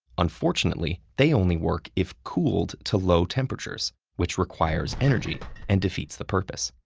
unfortunately, they only work if cooled to low temperatures, which requires energy and defeats the purpose.